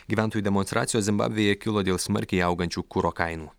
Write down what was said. gyventojų demonstracijos zimbabvėje kilo dėl smarkiai augančių kuro kainų